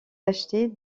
acheter